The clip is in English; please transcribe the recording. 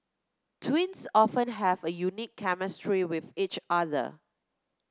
twins often have a unique chemistry with each other